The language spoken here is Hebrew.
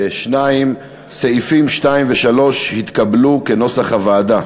2. סעיפים 2 ו-3 התקבלו כנוסח הוועדה.